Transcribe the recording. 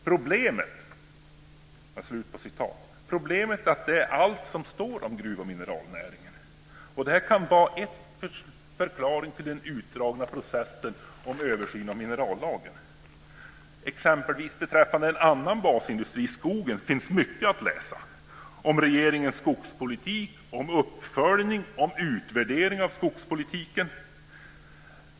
Problemet är att detta är allt som står om gruvoch mineralnäringen. Det kan vara en förklaring till den utdragna processen om översyn av minerallagen. Exempelvis finns det mycket att läsa om en annan basindustri, skogen, om regeringens skogspolitik, om uppföljning och om utvärdering av skogspolitiken.